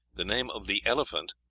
the name of the elephant,